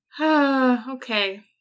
okay